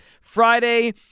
Friday